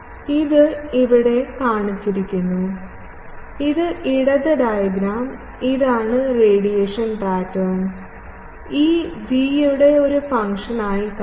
ഇത് ഇവിടെ കാണിച്ചിരിക്കുന്നു ഈ ഇടത് ഡയഗ്രം ഇതാണ് റേഡിയേഷൻ പാറ്റേൺ E v യുടെ ഒരു ഫംഗ്ഷനായി കാണും